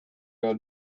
gar